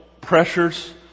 pressures